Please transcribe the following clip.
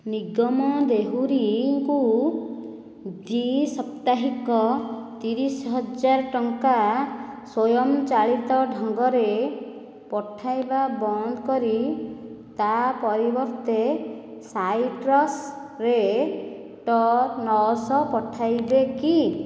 ନିଗମ ଦେହୁରୀଙ୍କୁ ଦ୍ୱି ସାପ୍ତାହିକ ତିରିଶ ହଜାର ଟଙ୍କା ସ୍ୱୟଂ ଚାଳିତ ଢଙ୍ଗରେ ପଠାଇବା ବନ୍ଦ କରି ତା' ପରିବର୍ତ୍ତେ ସାଇଟ୍ରସ୍ରେ ଟ ନଅ ଶହ ପଠାଇବେ କି